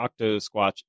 Octosquatch